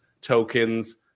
tokens